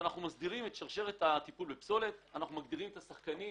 מסדירים את שרשרת הטיפול בפסולת - אנחנו מגדירים את השחקנים,